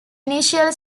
initial